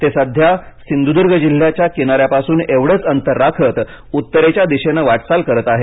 ते सध्या सिंधुदुर्ग जिल्ह्याच्या किनाऱ्यापासून एवढंच अंतर राखत उत्तरेच्या दिशेनं वाटचाल करत आहे